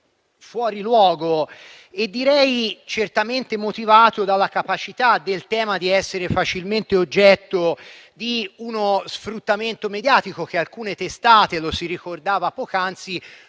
fuori luogo, direi certamente motivato dalla capacità del tema di essere facilmente oggetto di uno sfruttamento mediatico che alcune testate - lo si ricordava poc'anzi